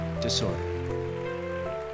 Disorder